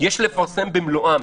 יש לפרסם במלואם.